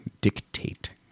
dictate